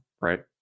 Right